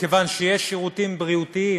כי יש שירותים בריאותיים